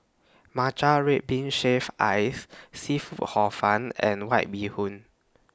Matcha Red Bean Shaved Ice Seafood Hor Fun and White Bee Hoon